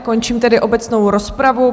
Končím tedy obecnou rozpravu.